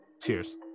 Cheers